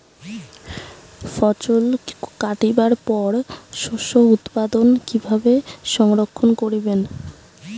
ফছল কাটিবার পর শস্য উৎপাদন কিভাবে সংরক্ষণ করিবেন?